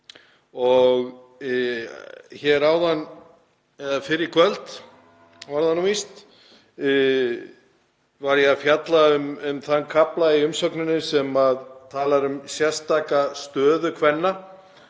Hér áðan, eða fyrr í kvöld var það víst, var ég að fjalla um þann kafla í umsögninni sem talar um sérstaka stöðu kvenna